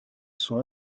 sont